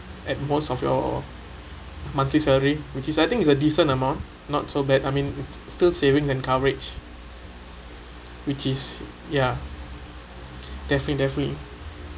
at most of your monthly salary which is I think it's a decent amount not so bad I mean it's still saving than coverage which is ya definitely definitely